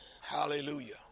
Hallelujah